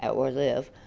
or live,